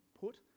Put